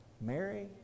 Mary